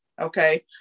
okay